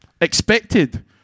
expected